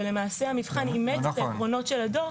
ולמעשה המבחן אימץ את העקרונות של הדוח.